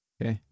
Okay